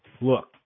Look